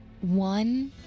One